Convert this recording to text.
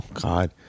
God